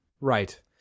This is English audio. Right